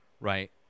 right